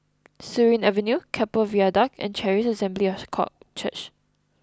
Surin Avenue Keppel Viaduct and Charis Assembly of God Church